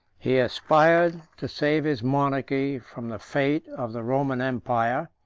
he aspired to save his monarchy from the fate of the roman empire,